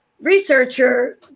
researcher